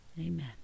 Amen